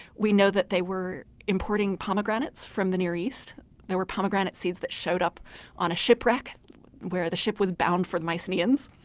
we know that they were importing pomegranates from the near east there were pomegranate seeds that showed up on a shipwreck where the ship was bound for the mycenaeans